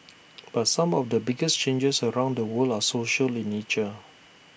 but some of the biggest changes around the world are social in nature